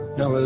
no